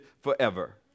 forever